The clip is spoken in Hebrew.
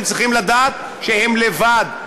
הם צריכים לדעת שהם לבד.